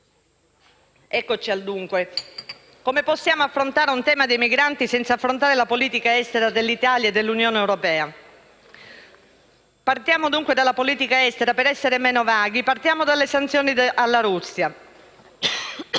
Eccoci al dunque: come possiamo affrontare il tema dei migranti senza affrontare la politica estera dell'Italia e dell'Unione europea? Partiamo dunque dalla politica estera e, per essere meno vaghi, partiamo dalle sanzioni alla Russia.